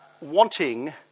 wanting